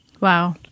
Wow